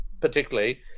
particularly